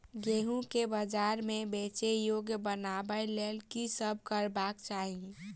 गेंहूँ केँ बजार मे बेचै योग्य बनाबय लेल की सब करबाक चाहि?